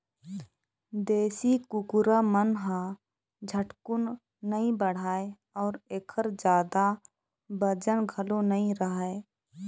देशी कुकरा मन ह झटकुन नइ बाढ़य अउ एखर जादा बजन घलोक नइ रहय